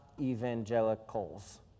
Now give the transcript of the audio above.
evangelicals